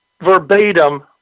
verbatim